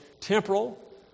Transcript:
temporal